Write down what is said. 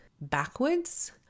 backwards